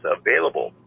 available